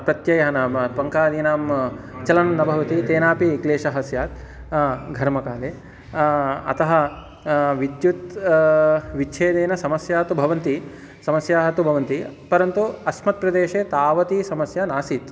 प्रत्ययः नाम पङ्खादीनां चलनं न भवति तेनापि क्लेशः स्यात् घर्मकाले अतः विद्युत् विच्छेदेन समस्याः तु भवन्ति समस्याः तु भवन्ति परन्तु अस्मत् प्रदेशे तावती समस्या नासीत्